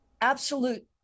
absolute